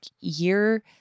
year